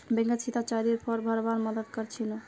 बैंकत सीता चाचीर फॉर्म भरवार मदद कर छिनु